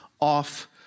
off